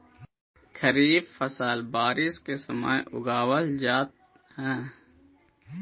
खरीफ फसल बारिश के समय उगावल जा हइ